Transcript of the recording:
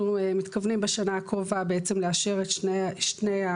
אנחנו מדברים היום גם על שינוי,